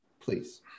Please